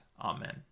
Amen